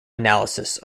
analysis